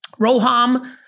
Roham